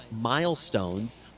milestones